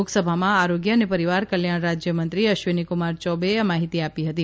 લોકસભામાં આરોગ્ય ને પરીવાર કલ્યાણ રાજયમંત્રી શ્વીનીકુમાર યૌબેએ આ માહિતી આપી હતી